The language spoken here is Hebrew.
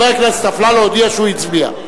חבר הכנסת אפללו הודיע שהוא הצביע.